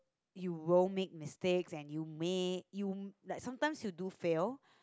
you will make mistakes and you may you like sometimes you do fail